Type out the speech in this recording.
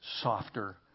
softer